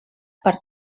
per